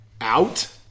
out